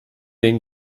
den